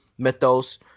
Mythos